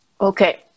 Okay